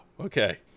Okay